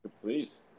Please